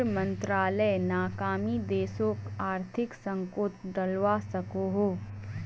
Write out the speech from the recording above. वित मंत्रालायेर नाकामी देशोक आर्थिक संकतोत डलवा सकोह